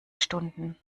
stunden